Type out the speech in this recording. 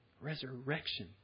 Resurrection